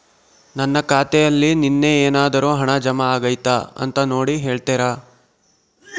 ನನ್ನ ಖಾತೆಯಲ್ಲಿ ನಿನ್ನೆ ಏನಾದರೂ ಹಣ ಜಮಾ ಆಗೈತಾ ಅಂತ ನೋಡಿ ಹೇಳ್ತೇರಾ?